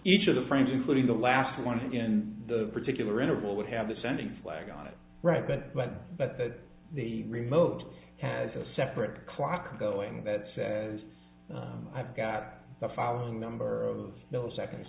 each of the friends including the last one in the particular interval would have the sending flag on it right but but but that the remote has a separate clock going that says i've got the following number of milliseconds